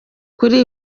kuri